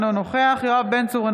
אינו נוכח יואב בן צור,